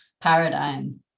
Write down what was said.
paradigm